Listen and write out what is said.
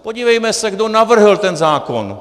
Podívejme se, kdo navrhl ten zákon.